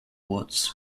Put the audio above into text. quartz